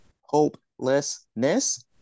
hopelessness